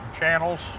channels